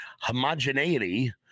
homogeneity